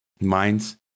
Minds